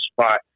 spot